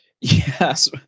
Yes